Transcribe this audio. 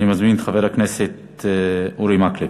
אני מזמין את חבר הכנסת אורי מקלב.